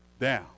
Down